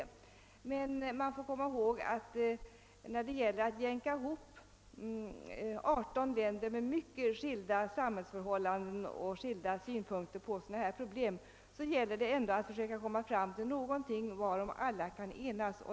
Vi får emellertid komma ihåg att när man skall jämka ihop 18 länder med mycket skilda samhällsförhållanden och olika synpunkter på problem av detta slag gäller det ändå att försöka nå fram till någonting varom alla kan enas.